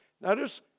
Notice